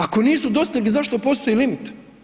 Ako nisu dostigli, zašto postoji limit?